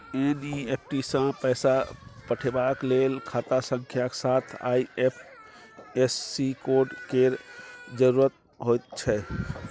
NEFT सँ पैसा पठेबाक लेल खाता संख्याक साथ आई.एफ.एस.सी कोड केर जरुरत होइत छै